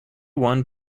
won